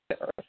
earth